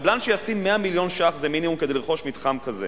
קבלן שישים 100 מיליון שקלים זה מינימום כדי לרכוש מתחם כזה.